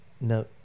no